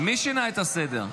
מי שינה את הסדר?